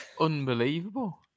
unbelievable